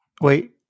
Wait